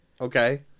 Okay